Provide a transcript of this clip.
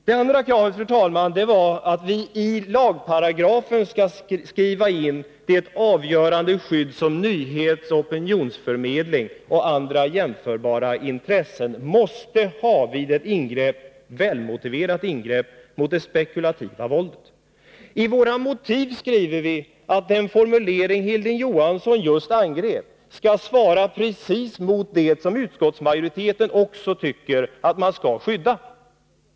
Det andra kravet, fru talman, är alltså att vi i lagen skall skriva in det avgörande skydd som nyhetsoch opinionsförmedling och andra jämförbara intressen måste ha för att väl motiverade ingrepp mot det spekulativa våldet skall kunna göras utan risk. I våra motiv skriver vi att den formulering som Hilding Johansson just angrep skall svara precis mot det som utskottsmajoriteten också tycker skall skyddas.